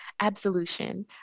absolution